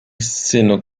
seno